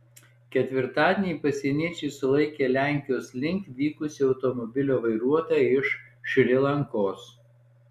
ketvirtadienį pasieniečiai sulaikė lenkijos link vykusį automobilio vairuotoją iš šri lankos